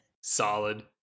solid